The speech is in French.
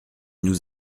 nous